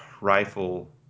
rifle